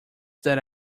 that